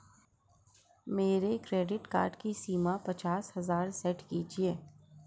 मेरे credit card की सीमा पचास हजार सेट कीजिए